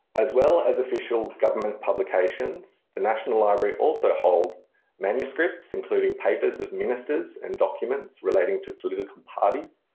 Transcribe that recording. as well as official government publications the national library also hold manuscripts, including papers of ministers and documents relating to political parties,